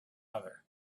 other